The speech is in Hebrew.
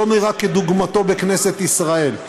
שלא נראה כדוגמתו בכנסת ישראל.